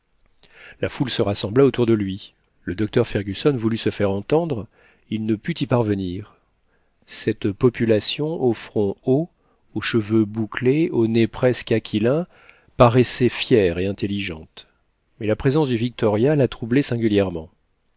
la foule se rassembla autour de lui le docteur fergusson voulut se faire entendre il ne put y parvenir cette population au front haut aux cheveux bouclés au nez presque aquilin paraissait fière et intelligente mais la présence du victoria la troublait singulièrement